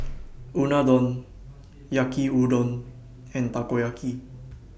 Unadon Yaki Udon and Takoyaki